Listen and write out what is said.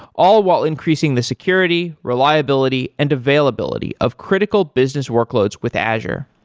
all while increasing the security, reliability and availability of critical business workloads with azure.